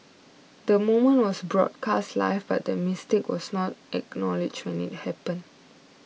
the moment was broadcast live but the mistake was not acknowledged when it happened